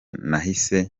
nahise